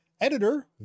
Editor